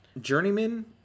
Journeyman